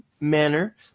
manner